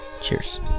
Cheers